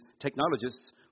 technologists